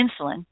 insulin